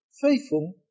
faithful